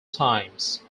times